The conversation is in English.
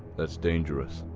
that's dangerous.